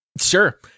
Sure